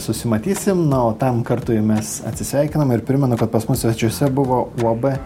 susimatysim na o tam kartui mes atsisveikinam ir primenu kad pas mus svečiuose buvo uab